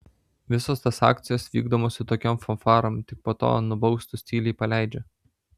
visos tos akcijos vykdomos su tokiom fanfarom tik po to nubaustus tyliai paleidžia